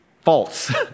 false